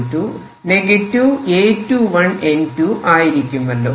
dN2dt A21N2 ആയിരിക്കുമല്ലോ